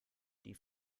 die